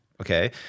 Okay